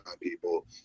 people